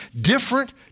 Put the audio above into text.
Different